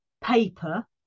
paper